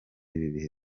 ibihe